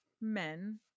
men